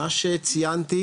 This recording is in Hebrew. מה שציינתי